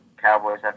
Cowboys